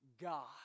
God